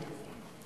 הוא ערבי.